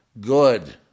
good